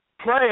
Play